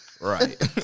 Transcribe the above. Right